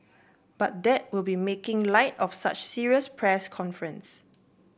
but that would be making light of such serious press conference